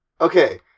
Okay